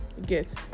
get